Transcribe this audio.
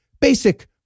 basic